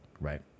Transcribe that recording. right